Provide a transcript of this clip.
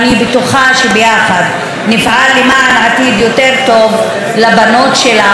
אני בטוחה שביחד נפעל למען עתיד יותר טוב לבנות שלך,